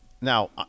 now